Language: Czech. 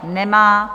Nemá.